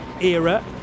era